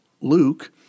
Luke